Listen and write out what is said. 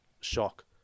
shock